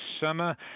summer